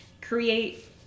create